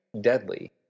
deadly